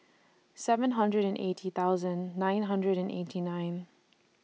seven hundred and eighty thousand nine hundred and eighty nine